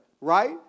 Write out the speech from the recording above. right